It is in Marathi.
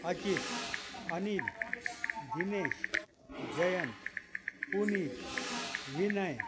अचित अनिल दिनेश जयंत पुनीत विनय